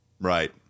Right